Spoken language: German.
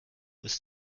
ist